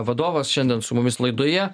vadovas šiandien su mumis laidoje